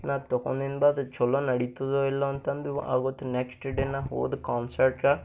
ನಾನು ತೊಕೊಂಡಿನ ಬಾದ್ ಛಲೋ ನಡೀತದೋ ಇಲ್ಲೋ ಅಂತಂದು ಅವತ್ತು ನೆಕ್ಸ್ಟ್ ಡೇ ನಾನು ಹೋದ ಕಾನ್ಸರ್ಟ